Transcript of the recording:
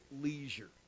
leisure